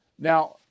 Now